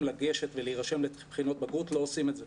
לגשת ולהירשם לבחינות בגרות לא עושים את זה,